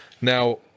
Now